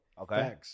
Okay